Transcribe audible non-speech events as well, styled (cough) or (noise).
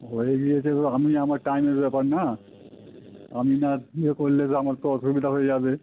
ঘরে গিয়ে (unintelligible) আপনি আমার টাইমের ব্যাপার না আমি না ইয়ে করলে তো আমার তো অসুবিধা হয়ে যাবে